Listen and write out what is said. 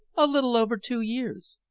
a little over two years.